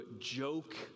joke